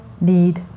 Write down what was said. need